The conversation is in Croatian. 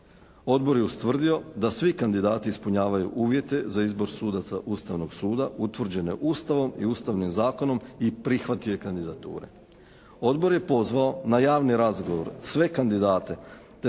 Odbor je ustvrdio da svi kandidati ispunjavaju uvjete za izbor sudaca Ustavnog suda utvrđene Ustavom i ustavnim zakonom i prihvatio je kandidature. Odbor je pozvao na javni razgovor sve kandidate